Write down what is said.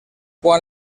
quan